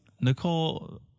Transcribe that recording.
Nicole